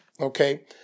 Okay